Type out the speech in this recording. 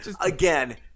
again